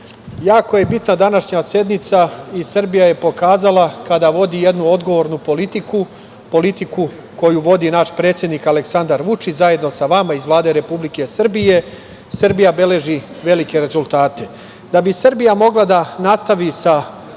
jako je bitna današnja sednica i Srbija je pokazala kada vodi jednu odgovornu politiku, politiku koju vodi naš predsednik Aleksandar Vučić zajedno sa vama iz Vlade Republike Srbije, Srbija beleži velike rezultate. Da bi Srbija mogla da nastavi sa